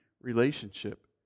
relationship